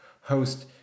host